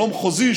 שלום חוזי,